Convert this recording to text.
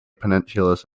peninsulas